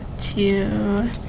Two